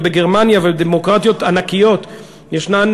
ובגרמניה ובדמוקרטיות ענקיות ישנן